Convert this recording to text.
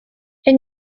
and